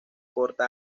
corta